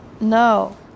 No